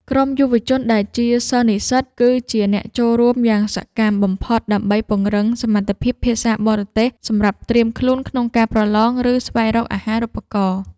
ក្រុមយុវជនដែលជាសិស្សនិស្សិត គឺជាអ្នកចូលរួមយ៉ាងសកម្មបំផុត ដើម្បីពង្រឹងសមត្ថភាពភាសាបរទេសសម្រាប់ត្រៀមខ្លួនក្នុងការប្រឡង ឬស្វែងរកអាហារូបករណ៍។